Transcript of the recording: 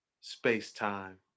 space-time